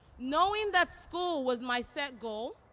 knowing that school was my set goal,